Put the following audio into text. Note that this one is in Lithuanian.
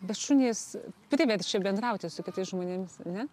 bet šunys priverčia bendrauti su kitais žmonėmis ane